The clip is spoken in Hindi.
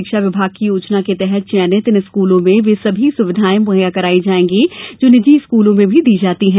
शिक्षा विमाग की योजना तहत चयनित इन स्कूलों में वे सभी सुविधाये मुहैया कराई जायेंगी जो निजी स्कूलों में दी जाती हैं